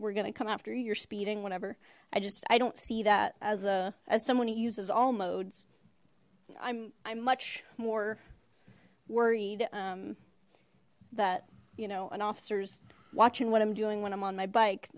we're gonna come after your speeding whatever i just i don't see that as a as someone who uses all modes i'm i'm much more worried that you know an officer's watching what i'm doing when i'm on my